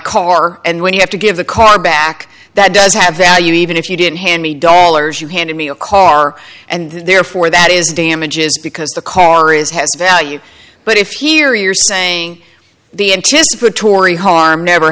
car and when you have to give the car back that does have value even if you didn't hand me dollars you handed me a car and therefore that is damages because the car is has value but if here you're saying the anticipatory harm never